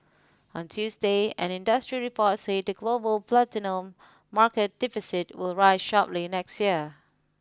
on Tuesday an industry report said the global platinum market deficit will rise sharply next year